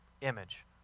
image